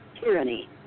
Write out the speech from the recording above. Tyranny